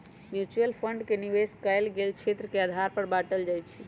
mutual fund के निवेश कएल गेल क्षेत्र के आधार पर बाटल जाइ छइ